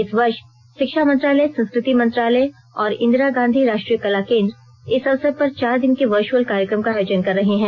इस वर्ष शिक्षा मंत्रालय संस्कृति मंत्रालय और इंदिरा गांधी राष्ट्रीय कला केन्द्र इस अवसर पर चार दिन के वर्च्अल कार्यक्रम का आयोजन कर रहे हैं